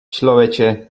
člověče